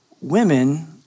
women